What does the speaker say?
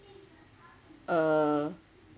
uh